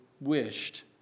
wished